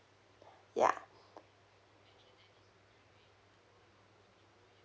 ya